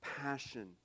passion